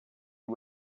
you